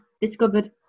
discovered